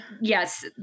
Yes